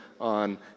on